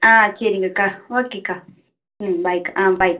ஆ சரிங்கக்கா ஓகேக்கா ம் பாய்க்கா ஆ பாய்க்கா